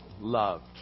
loved